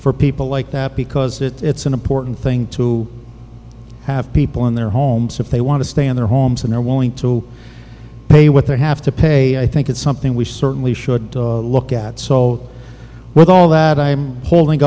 for people like that because it's an important thing to i have people in their homes if they want to stay in their homes and they're willing to pay what they have to pay i think it's something we certainly should look at so with all that i'm holding